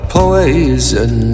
poison